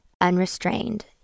unrestrained